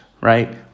right